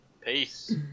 peace